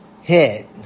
hit